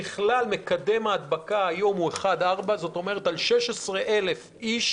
ככלל מקדם ההדבקה הוא 1:4. זאת אומרת על 16,000 איש